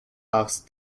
asked